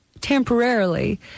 temporarily